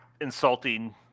insulting